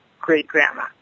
great-grandma